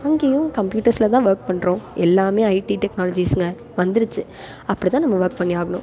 அங்கேயும் கம்ப்யூட்டர்ல தான் ஒர்க் பண்ணுறோம் எல்லாமே ஐடி டெக்னாலஜிஸுங்க வந்துடுச்சு அப்படி தான் நம்ம ஒர்க் பண்ணி ஆகணும்